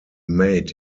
made